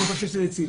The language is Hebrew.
אני חושב שזה הציל.